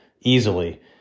easily